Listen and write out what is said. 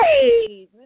Hey